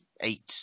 eight